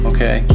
Okay